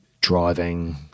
driving